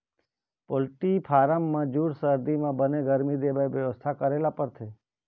poultry farm म जूड़ सरदी म बने गरमी देबर बेवस्था करे ल परथे